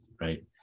right